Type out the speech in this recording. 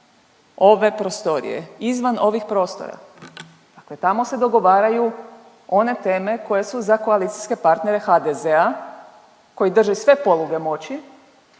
ove prostorije, izvan ovih prostora. Dakle, tamo se dogovaraju one teme koje su za koalicijske partnere HDZ-a koji drži sve poluge moći